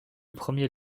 premier